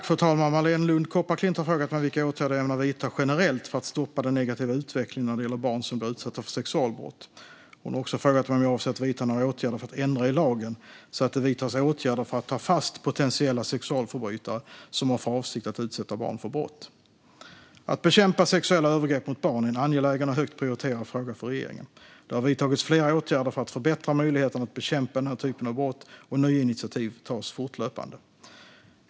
Fru talman! Marléne Lund Kopparklint har frågat mig vilka åtgärder jag ämnar vidta generellt för att stoppa den negativa utvecklingen när det gäller barn som blir utsatta för sexualbrott. Hon har också frågat mig om jag avser att vidta några åtgärder för att ändra i lagen så att det vidtas åtgärder för att ta fast potentiella sexualförbrytare som har för avsikt att utsätta barn för brott. Att bekämpa sexuella övergrepp mot barn är en angelägen och högt prioriterad fråga för regeringen. Det har vidtagits flera åtgärder för att förbättra möjligheterna att bekämpa den här typen av brott, och nya initiativ tas fortlöpande.